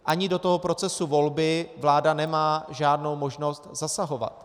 Ani do procesu volby vláda nemá žádnou možnost zasahovat.